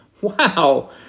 wow